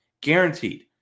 Guaranteed